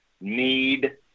need